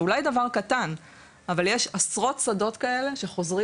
זה אולי דבר קטן אבל יש עשרות שדות כאלה שחוזרים